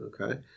Okay